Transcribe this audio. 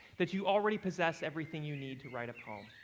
that you already possess everything you need to write a poem.